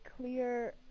clear